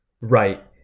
Right